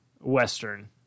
western